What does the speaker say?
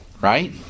right